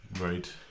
Right